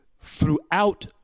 throughout